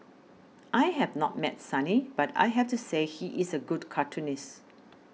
I have not met Sonny but I have to say he is a good cartoonist